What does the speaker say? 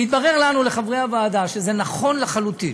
התברר לנו, לחברי הוועדה, שזה נכון לחלוטין.